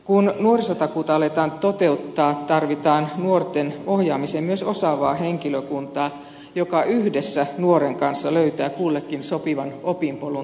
kun nuorisotakuuta aletaan toteuttaa tarvitaan nuorten ohjaamiseen myös osaavaa henkilökuntaa joka yhdessä nuoren kanssa löytää kullekin sopivan opinpolun tai työn